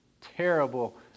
terrible